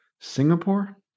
Singapore